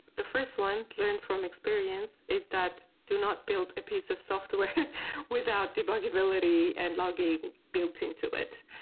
the first one, learn from experience, is that to not build a piece of software without debugability and logging built into it.